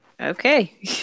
okay